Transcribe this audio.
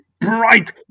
bright